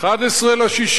11 ביוני,